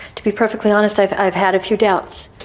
to be perfectly honest i've i've had a few doubts